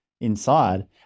inside